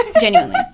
genuinely